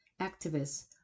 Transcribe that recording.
activists